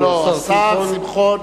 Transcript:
לא לא, השר שמחון